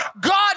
God